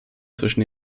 zwischen